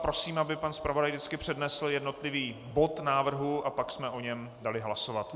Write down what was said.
Prosím, aby pan zpravodaj vždycky přednesl jednotlivý bod návrhu a pak jsem o něm dali hlasovat.